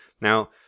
Now